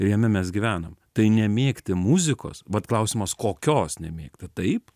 ir jame mes gyvenam tai nemėgti muzikos vat klausimas kokios nemėgti taip